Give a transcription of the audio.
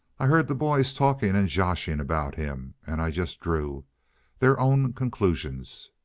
i heard the boys talking and joshing about him, and i just drew their own conclusions.